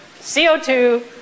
CO2